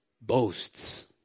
boasts